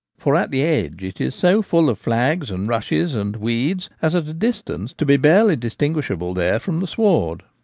for at the edge it is so full of flags, and rushes, and weeds as at a distance to be barely distinguishable there from the sward.